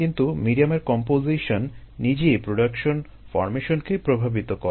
কিন্তু মিডিয়ামের কম্পোজিশন নিজেই প্রোডাকশন ফর্মেশনকে প্রভাবিত করে